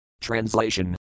Translation